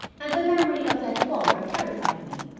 and the memory of that revolver terrified me.